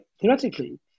theoretically